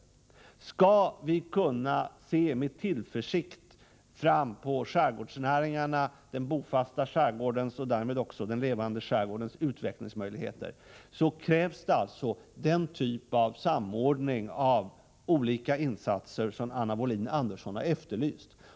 Om vi med tillförsikt skall kunna se på utvecklingen när det gäller skärgårdsnäringarna, den bofasta skärgårdsbefolkningen och därmed också en levande skärgårds utvecklingsmöjligheter, krävs alltså den typ av samordning av olika insatser som Anna Wohlin-Andersson efterlyst.